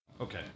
Okay